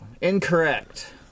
incorrect